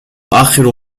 آخر